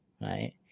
Right